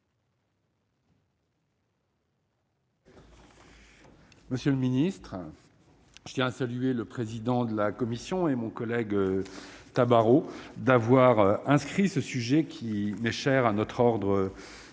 Monsieur le Ministre, je tiens à saluer le président de la commission et mon collègue Tabarot d'avoir inscrit ce sujet qui m'est cher à notre ordre